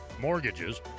mortgages